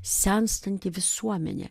senstanti visuomenė